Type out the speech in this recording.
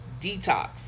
detox